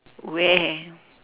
where